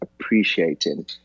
appreciating